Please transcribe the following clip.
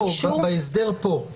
בהסדר פה.